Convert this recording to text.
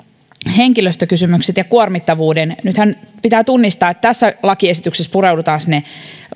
henkilöstökysymykset ja kuormittavuuden nythän pitää tunnistaa että tässä lakiesityksessä pureudutaan sinne